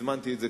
תזמנתי את זה,